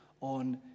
on